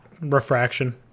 refraction